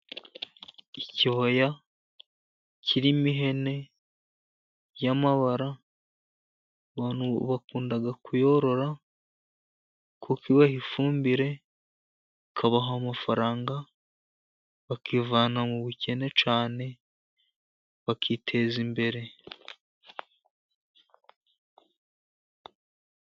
Ikibaya kirimo ihene y'amabara，abantu bakunda kuyorora， kuko ibaha ifumbire bakabaha amafaranga，bakivana mu bukene cyane， bakiteza imbere.